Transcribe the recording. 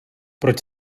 proč